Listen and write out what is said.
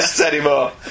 anymore